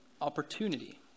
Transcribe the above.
opportunity